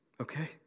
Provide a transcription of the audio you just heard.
okay